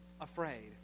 afraid